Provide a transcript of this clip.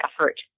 effort